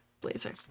blazer